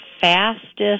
fastest